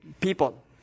people